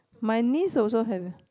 my niece also have